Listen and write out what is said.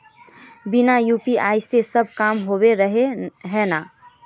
बिना यु.पी.आई के सब काम होबे रहे है ना?